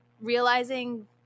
realizing